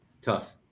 Tough